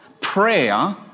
prayer